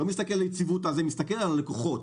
הוא מסתכל על הלקוחות.